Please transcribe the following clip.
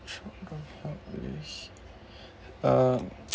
um